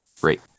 great